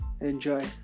Enjoy